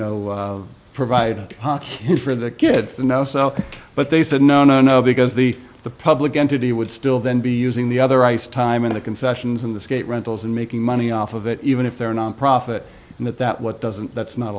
know provide it for the kids to know so but they said no no no because the the public entity would still then be using the other ice time in the concessions in the skate rentals and making money off of it even if they're nonprofit and that that what doesn't that's not